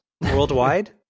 worldwide